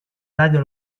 radio